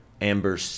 amber